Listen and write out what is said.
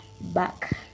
back